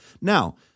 Now